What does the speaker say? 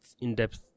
in-depth